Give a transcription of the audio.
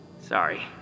Sorry